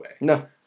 No